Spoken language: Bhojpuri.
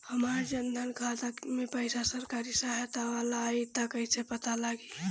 हमार जन धन खाता मे पईसा सरकारी सहायता वाला आई त कइसे पता लागी?